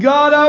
God